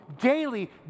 Daily